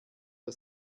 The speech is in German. der